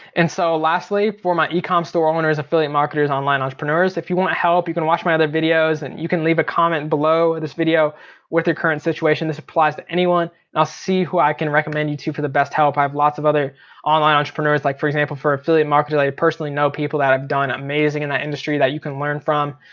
and so lastly, for my ecom store owners affiliate marketers online entrepreneurs, if you want help you can watch my other videos. and you can leave a comment below this video with your current situation. this applies to anyone. i'll see who i can recommend you to for the best help. i have lots of other online entrepreneurs. like for example for affiliate marketers, i personally know people that have done amazing in that industry that you can learn from.